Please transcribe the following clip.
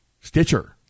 Stitcher